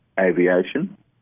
aviation